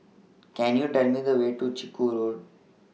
Can YOU Tell Me The Way to Chiku Road